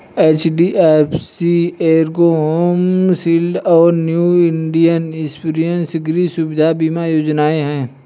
HDFC Ergo Home Shield और New India Insurance गृह सुविधा बीमा योजनाएं हैं